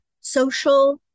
social